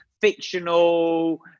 fictional